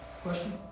Question